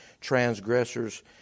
transgressors